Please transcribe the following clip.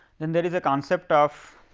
then there is a concept of,